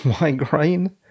migraine